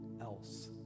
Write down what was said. else